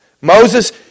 Moses